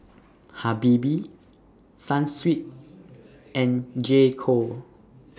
Habibie Sunsweet and J Co